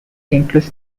includes